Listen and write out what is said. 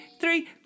three